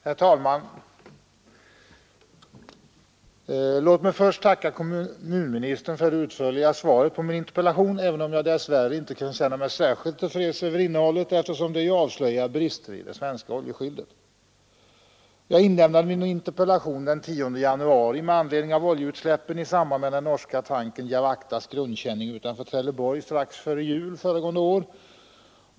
Herr talman! Låt mig först tacka kommunministern för det utförliga svaret på min interpellation, även om jag dess värre inte kan känna mig särskilt till freds med svarets innehåll, eftersom det avslöjar brister i det svenska oljeskyddet. Jag inlämnade min interpellation den 10 januari med anledning av oljeutsläppen i samband med den norska tankern Jawachtas grundkänning utanför Trelleborg strax före jul föregående år.